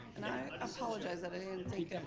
i apologize of it, and take